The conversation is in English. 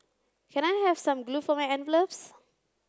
can I have some glue for my envelopes